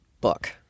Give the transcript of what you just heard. book